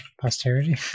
posterity